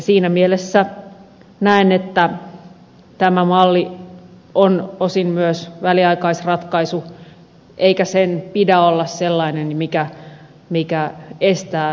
siinä mielessä näen että tämä malli on osin myös väliaikaisratkaisu eikä sen pidä olla sellainen mikä estää muun kehityksen